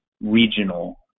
regional